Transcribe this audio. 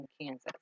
Kansas